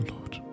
Lord